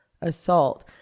assault